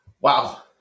Wow